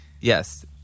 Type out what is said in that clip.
yes